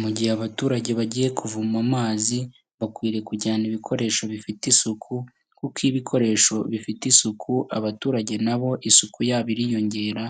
Mu gihe abaturage bagiye kuvoma amazi bakwiriye kujyana ibikoresho bifite isuku kuko iyo ibikoresho bifite isuku, abaturage nabo isuku yabo iriyongera